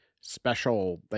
special